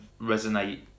resonate